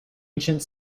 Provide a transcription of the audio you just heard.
ancient